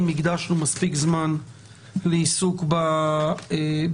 הקדשנו מספיק זמן לעיסוק בעקרונות.